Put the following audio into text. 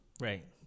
Right